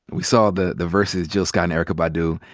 we saw the the verzuz, jill scott and erykah badu.